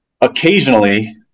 occasionally